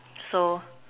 so